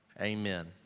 amen